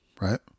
right